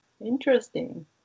Interesting